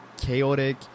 chaotic